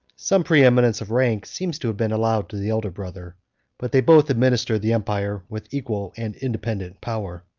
some preeminence of rank seems to have been allowed to the elder brother but they both administered the empire with equal and independent power.